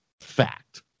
Fact